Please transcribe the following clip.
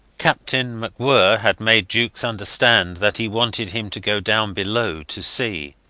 captain macwhirr had made jukes understand that he wanted him to go down below to see.